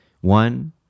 One